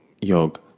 Yog